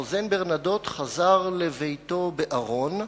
הרוזן ברנדוט חזר לביתו בארון,